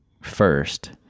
first